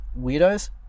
weirdos